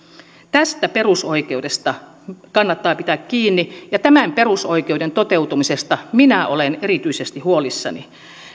tästä perusoikeudesta kannattaa pitää kiinni ja tämän perusoikeuden toteutumisesta minä olen erityisesti huolissani